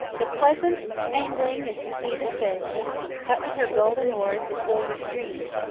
the pleasant'st angling is to see the fish cut with her golden oars the silver stream,